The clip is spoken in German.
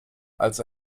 als